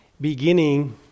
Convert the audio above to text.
beginning